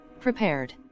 prepared